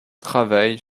travail